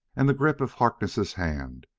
and the grip of harkness' hand,